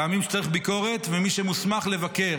פעמים שצריך ביקורת, ומי שמוסמך לבקר,